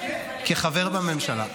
כחבר בממשלה,